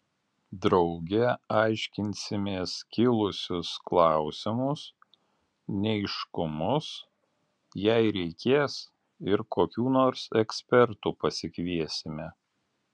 drauge aiškinsimės kilusius klausimus neaiškumus jei reikės ir kokių nors ekspertų pasikviesime